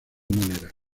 maneras